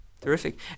Terrific